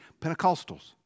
Pentecostals